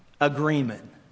agreement